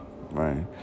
right